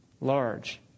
large